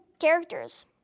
characters